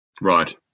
Right